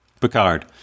Picard